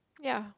ya